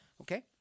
Okay